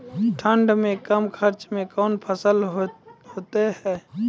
ठंड मे कम खर्च मे कौन फसल होते हैं?